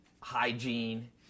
Hygiene